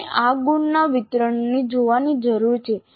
આપણે આ ગુણના વિતરણને જોવાની જરૂર છે